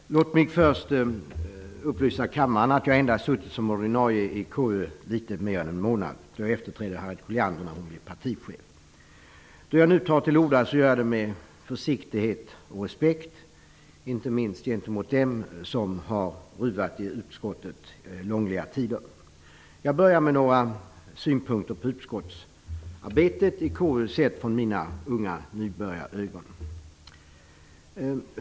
Fru talman! Låt mig först upplysa kammaren att jag endast suttit som ordinarie ledamot i KU litet mer än en månad. Jag efterträdde Harriet Colliander sedan hon blivit partichef. När jag nu tar till orda gör jag det med försiktighet och respekt, inte minst gentemot dem som har ruvat i utskottet under långliga tider. Jag börjar med några synpunkter på utskottsarbetet i KU sett med mina unga nybörjarögon.